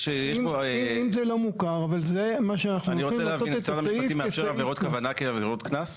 משרד המשפטים מאפשר עבירות כוונה כעבירות קנס,